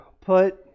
put